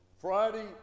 Friday